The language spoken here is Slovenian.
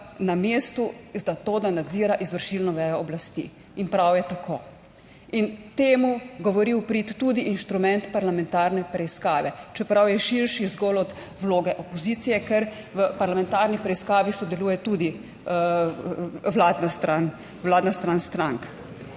na mestu za to, da nadzira izvršilno vejo oblasti, in prav je tako. In temu govori v prid tudi inštrument parlamentarne preiskave, čeprav je širši zgolj od vloge opozicije, ker v parlamentarni preiskavi sodeluje tudi vladna stran strank.